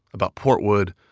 about portwood,